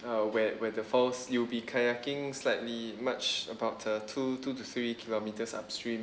uh where where the falls you'll be kayaking slightly much about uh two two to three kilometers upstream